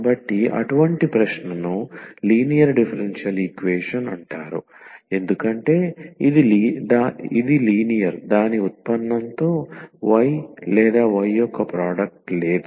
కాబట్టి అటువంటి ప్రశ్నను లీనియర్ డిఫరెన్షియల్ ఈక్వేషన్ అంటారు ఎందుకంటే ఇది లీనియర్ దాని ఉత్పన్నంతో y లేదా y యొక్క ప్రోడక్ట్ లేదు